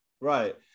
Right